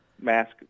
mask